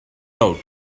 doubt